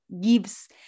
gives